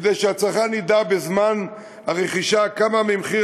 כדי שהצרכן ידע בזמן הרכישה כמה ממחיר